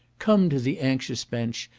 come to the anxious bench,